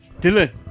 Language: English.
Dylan